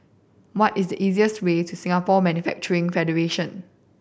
what is the easiest way to Singapore Manufacturing Federation